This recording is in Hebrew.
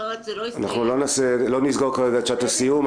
אנחנו לא נסגור כרגע את שעת הסיום.